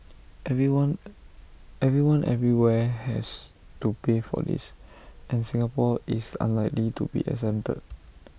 everyone everyone everywhere has to pay for this and Singapore is unlikely to be exempted